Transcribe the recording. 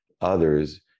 others